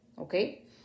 okay